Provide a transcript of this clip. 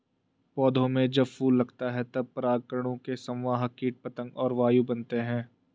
पौधों में जब फूल लगता है तब परागकणों के संवाहक कीट पतंग और वायु बनते हैं